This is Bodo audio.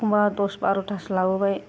एखमब्ला दस बारथासो लाबोबाय